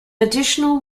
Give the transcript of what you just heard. additional